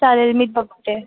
चालेल मी बघते